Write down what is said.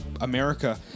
America